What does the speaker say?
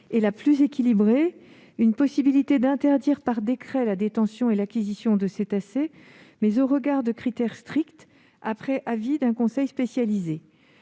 la plus équilibrée : à savoir la possibilité d'interdire par décret la détention et l'acquisition de cétacés, mais au regard de critères stricts et suivant l'avis d'un conseil spécialisé.